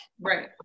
Right